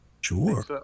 Sure